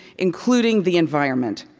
including the environment.